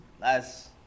last